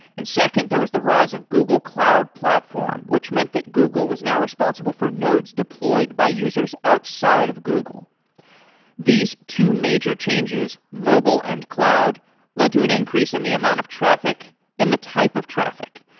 and second, there was the rise of google cloud platform, which meant that google was now responsible for nodes deployed by users outside of google these two major changes mobile and cloud lead to an increase in the amount of traffic and the type of traffic.